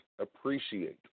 appreciate